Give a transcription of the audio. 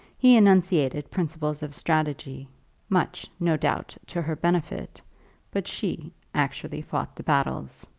he enunciated principles of strategy much, no doubt, to her benefit but she actually fought the battles.